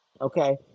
Okay